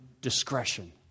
discretion